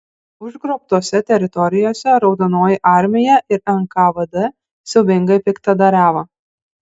užgrobtose teritorijose raudonoji armija ir nkvd siaubingai piktadariavo